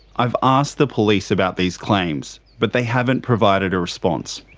i've asked the police about these claims, but they haven't provided a response.